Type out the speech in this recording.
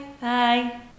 bye